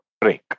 break